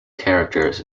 characters